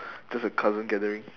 just a cousin gathering